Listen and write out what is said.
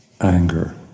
anger